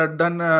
done